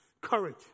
Courage